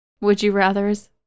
would-you-rathers